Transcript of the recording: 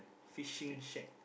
fishing shack